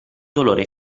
dolore